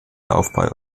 aufbau